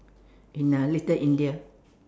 in uh Little India